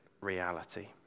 reality